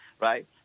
right